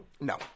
No